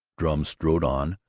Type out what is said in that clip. drum strode on,